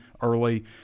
early